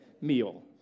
meal